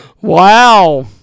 Wow